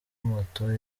moto